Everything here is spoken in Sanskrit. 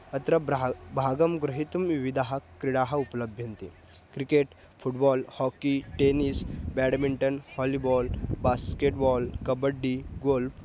अत्र भागं भागं ग्रहितुं विविधाः क्रीडाः उपलभ्यन्ते cricket football hockey tennis badminton volleyball basketball kabaddi goal